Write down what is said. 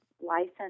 license